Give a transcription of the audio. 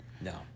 No